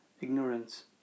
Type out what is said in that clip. ignorance